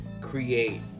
create